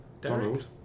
Donald